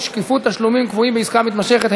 שקיפות תשלומים קבועים בעסקה מתמשכת),